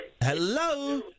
Hello